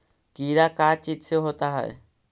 कीड़ा का चीज से होता है?